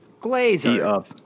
Glazer